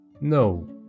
No